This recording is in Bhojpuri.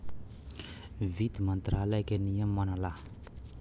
वित्त मंत्रालय के नियम मनला